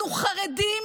אנחנו חרדים